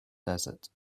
desert